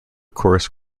corus